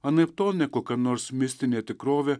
anaiptol ne kokia nors mistinė tikrovė